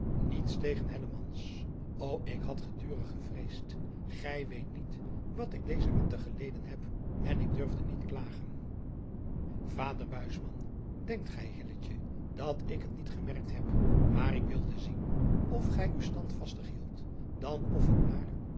niets tegen o ik had gedurig gevreesd ij weet niet wat ik dezen winter geleden heb en ik durfde niet klagen ader enkt gij dat ik het niet gemerkt heb maar ik wilde zien of gij u standvastig hieldt dan of het maar